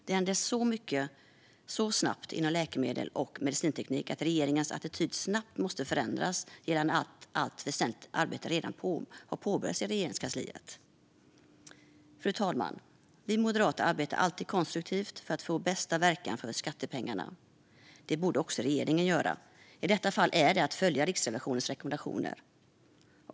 Det händer så mycket så snabbt inom läkemedel och medicinteknik att regeringen snabbt måste förändra sin attityd att allt väsentligt arbete redan är påbörjat i Regeringskansliet. Fru talman! Vi moderater arbetar alltid konstruktivt för att få bästa verkan för skattepengarna. Detta borde också regeringen göra, och i detta fall innebär det att följa Riksrevisionens rekommendationer.